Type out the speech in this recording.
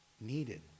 needed